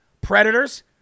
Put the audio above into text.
Predators